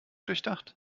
durchdacht